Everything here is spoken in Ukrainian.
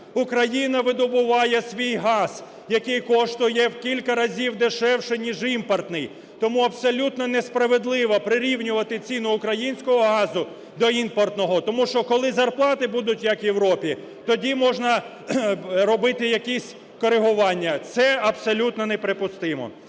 Україна видобуває свій газ, який коштує в кілька разів дешевше, ніж імпортний. Тому абсолютно несправедливо прирівнювати ціну українського газу до імпортного. Тому що, коли зарплати будуть, як в Європі, тоді можна робити якісь коригування. Це абсолютно неприпустимо.